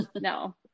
no